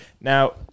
Now